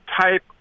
type